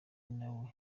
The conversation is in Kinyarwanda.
nawe